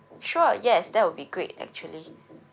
sure yes that will be great actually